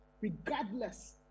regardless